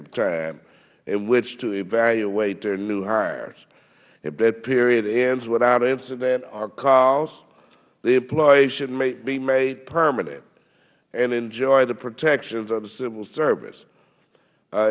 of time in which to evaluate their new hires if that period ends without incident or cause the employees should be made permanent and enjoy the protections of the civil service